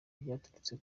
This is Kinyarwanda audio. byaturutse